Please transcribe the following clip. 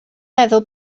meddwl